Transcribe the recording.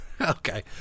Okay